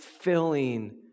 filling